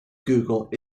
google